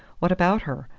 what about her?